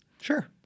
Sure